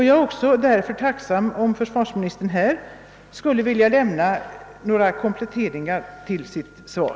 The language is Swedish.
Jag vore alltså tacksam om försvarsministern också härvidlag ville lämna några kompletteringar till sitt svar.